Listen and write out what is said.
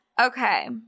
Okay